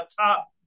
top